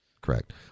correct